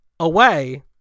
away